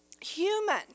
human